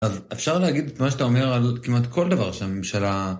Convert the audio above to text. אז אפשר להגיד את מה שאתה אומר על כמעט כל דבר של הממשלה.